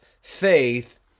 faith